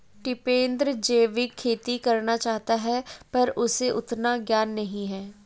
टिपेंद्र जैविक खेती करना चाहता है पर उसे उतना ज्ञान नही है